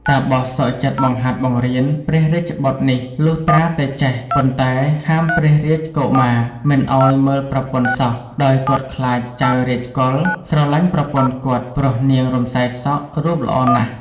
តាបសសុខចិត្តបង្ហាត់បង្រៀនព្រះរាជបុត្រនេះលុះត្រាតែចេះ ប៉ុន្តែហាមព្រះរាជកុមារមិនឱ្យមើលប្រពន្ធសោះ ដោយគាត់ខ្លាចចៅ រាជកុល ស្រឡាញ់ប្រពន្ធគាត់ ព្រោះនាង រំសាយសក់ រូបល្អណាស់ ។